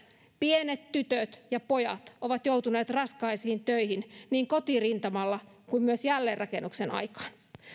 pienet tytöt ja pojat on joutunut raskaisiin töihin niin kotirintamalla kuin jälleenrakennuksen aikana